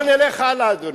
אבל נלך הלאה, אדוני.